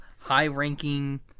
high-ranking